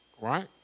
right